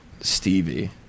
Stevie